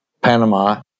Panama